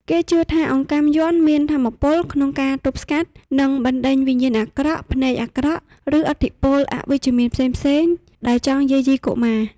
គេជឿថាអង្កាំយ័ន្តមានថាមពលក្នុងការទប់ស្កាត់ និងបណ្តេញវិញ្ញាណអាក្រក់ ភ្នែកអាក្រក់ ឬឥទ្ធិពលអវិជ្ជមានផ្សេងៗដែលចង់យាយីកុមារ។